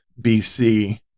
BC